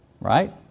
right